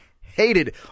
Hated